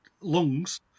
lungs